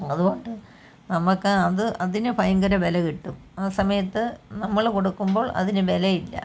അതുകൊണ്ട് നമുക്കത് അത് അതിന് ഭയങ്കര വില കിട്ടും ആ സമയത്ത് നമ്മൾ കൊടുക്കുമ്പോൾ അതിന് വിലയില്ല